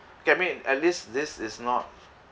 okay I mean at least this is not